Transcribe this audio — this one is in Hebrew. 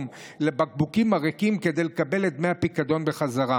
גם לבקבוקים הריקים כדי לקבל את דמי הפיקדון חזרה.